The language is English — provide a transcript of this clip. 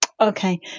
Okay